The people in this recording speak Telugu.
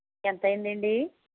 ఎంతయింది అండి